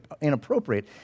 inappropriate